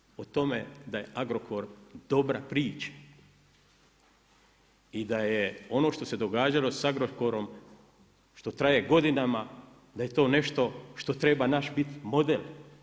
Ja ne govorim o tome da je Agrokor dobra priča i da je ono što se događalo s Agrokorom što traje godinama da je to nešto što treba naš bit model.